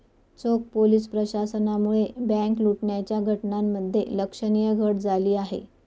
चोख पोलीस प्रशासनामुळे बँक लुटण्याच्या घटनांमध्ये लक्षणीय घट झाली आहे